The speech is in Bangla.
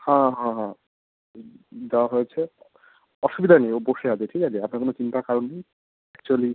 হ্যাঁ হ্যাঁ হ্যাঁ দেওয়া হয়েছে অসুবিধা নেই ও বসে আছে ঠিক আছে আপনার কোনও চিন্তার কারণ নেই অ্যাকচুয়েলি